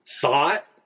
thought